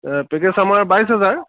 package আমাৰ বাইছ হেজাৰ